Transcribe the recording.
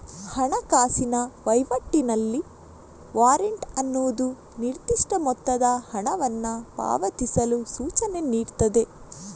ಹಣಕಾಸಿನ ವೈವಾಟಿನಲ್ಲಿ ವಾರೆಂಟ್ ಅನ್ನುದು ನಿರ್ದಿಷ್ಟ ಮೊತ್ತದ ಹಣವನ್ನ ಪಾವತಿಸಲು ಸೂಚನೆ ನೀಡ್ತದೆ